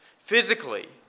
Physically